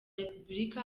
repubulika